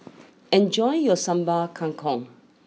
enjoy your Sambal Kangkong